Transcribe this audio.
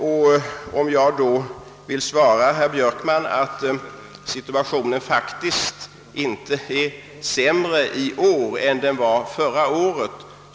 Men jag vill säga till herr Björkman att situationen i år faktiskt inte är sämre än den var förra året.